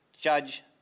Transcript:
Judge